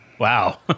Wow